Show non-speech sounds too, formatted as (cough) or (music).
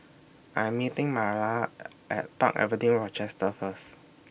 I'm meeting Marlana (hesitation) At Park Avenue Rochester First